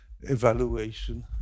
evaluation